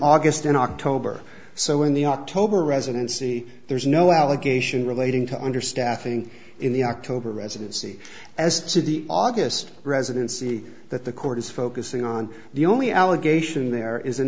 august and october so in the october residency there's no allegation relating to understaffing in the october residency as city aug residency that the court is focusing on the only allegation there is an